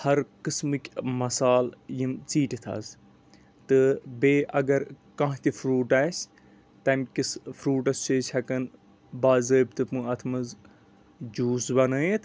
ہر قٔسمٕکۍ مصالہٕ یِم ژیٖٹِتھ حظ تہٕ بیٚیہِ اگر کانٛہہ تہِ فروٗٹ آسہِ تَمہِ کِس فروٗٹس چھ أسۍ ہٮ۪کان با ضأبطہٕ اَتھ منٛز جوٗس بنأوِتھ